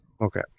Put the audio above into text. Okay